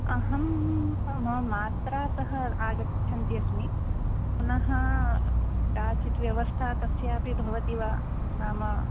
अहं स मम मात्रा सह आगच्छन्ती अस्मि पुनः काचित् व्यवस्था तस्या अपि भवति वा नाम